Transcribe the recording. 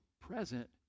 present